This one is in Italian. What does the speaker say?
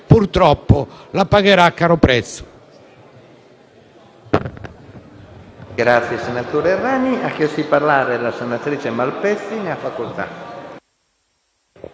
purtroppo, lo pagherà a caro prezzo.